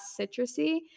citrusy